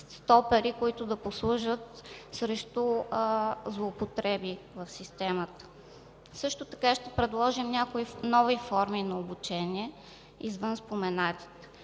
стопери, които ще послужат срещу злоупотреби в системата. Също така ще предложим някои нови форми на обучение извън споменатите.